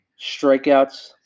strikeouts